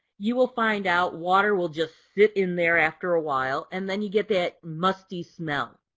you will find out water will just sit in there after a while and then you get that musty smell.